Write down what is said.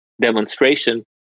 demonstration